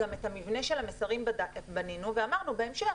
בנינו גם את המבנה של המסרים ואמרנו שבהמשך